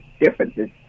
differences